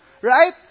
Right